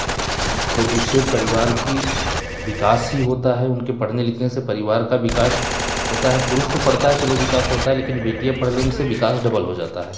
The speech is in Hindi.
तो इससे परिवार की विकास ही होता है उनके पढ़ने लिखने से परिवार का विकास होता है पुरुष तो पढ़ता है चलो विकास होता है लेकिन बेटियाँ पढ़ लेने से विकास डबल हो जाता है